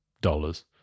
dollars